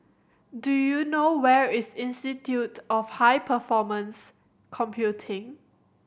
do you know where is Institute of High Performance Computing